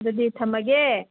ꯑꯗꯨꯗꯤ ꯊꯝꯃꯒꯦ